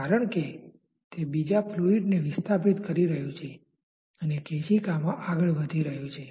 કારણ કે તે બીજા ફ્લુઈડને વિસ્થાપિત કરી રહ્યું છે અને કેશિકામાં આગળ વધી રહ્યું છે